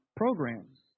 programs